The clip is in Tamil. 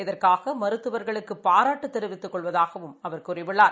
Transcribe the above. இதற்காகமருத்துவர்களுக்குபாராட்டுதெரிவித்துக் கொள்வதாகவும் அவர் கூறியுள்ளார்